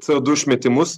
co du išmetimus